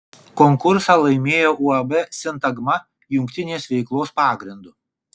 konkursą laimėjo uab sintagma jungtinės veiklos pagrindu